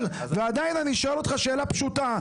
ועדיין אני שואל אותך שאלה פשוטה,